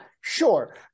sure